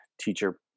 teacher